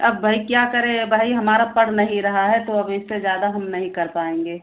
अब भाई क्या करें भाई हमारा पड़ नहीं रहा है तो अब इससे ज़्यादा हम नहीं कर पाएँगे